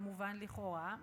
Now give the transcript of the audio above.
כמובן לכאורה,